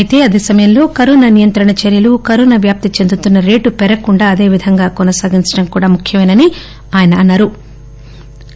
అయితే అదే సమయంలో కరోనా నియంత్రణ చర్యలు కరోనా వ్యాప్తి చెందుతున్న రేటును పెరగకుండా అదేవిధంగా కొనసాగించడం కూడా ముఖ్యమేనని ఆయన అన్నా రు